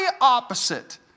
opposite